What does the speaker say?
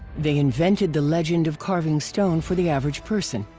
they invented the legend of carving stone for the average person.